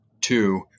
two